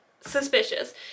suspicious